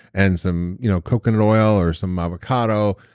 and some you know coconut oil or some avocado.